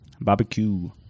Barbecue